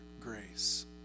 grace